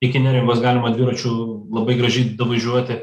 iki neringos galima dviračiu labai gražiai davažiuoti